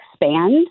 expand